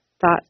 thoughts